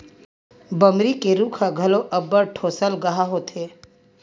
बमरी के रूख ह घलो अब्बड़ ठोसलगहा होथे